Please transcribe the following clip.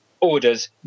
orders